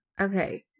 Okay